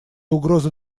угрозы